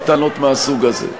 וטענות מהסוג הזה.